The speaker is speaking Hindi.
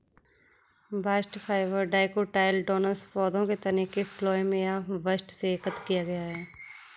बास्ट फाइबर डाइकोटाइलडोनस पौधों के तने के फ्लोएम या बस्ट से एकत्र किया गया है